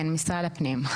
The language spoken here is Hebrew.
כן, משרד הפנים.